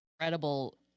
incredible